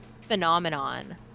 phenomenon